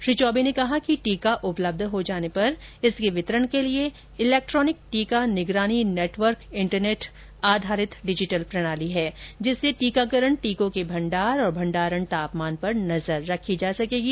श्री चौबे ने कहा कि टीका उपलब्ध हो जाने पर इसके वितरण के लिए इलेक्ट्रॉनिक टीका निगरानी नेटवर्क इंटरनेट आधारित डिजिटल प्रणाली है जिससे टीकाकरण टीकों के भंडार और भंडारण तापमान पर नजर रखी जा सकेगी